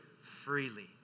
freely